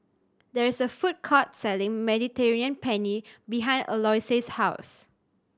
there is a food court selling Mediterranean Penne behind Eloise's house